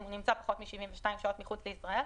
אם הוא נמצא פחות מ-72 שעות מחוץ לישראל.